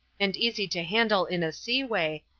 and easy to handle in a seaway,